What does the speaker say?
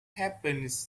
happens